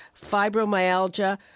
fibromyalgia